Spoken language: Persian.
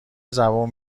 زبون